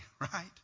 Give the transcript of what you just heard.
right